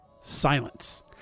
Silence